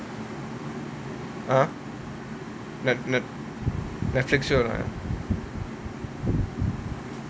!huh! net net Netflix show right